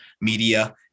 media